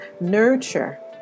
nurture